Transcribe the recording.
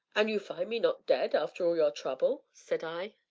and you find me not dead, after all your trouble, said i.